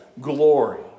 glory